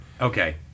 okay